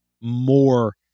more